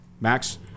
Max